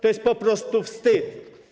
To jest po prostu wstyd.